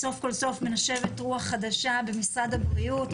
סוף כול סוף מנשבת רוח חדשה במשרד הבריאות,